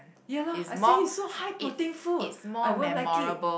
ya lor I see so high protein food I won't like it